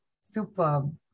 Superb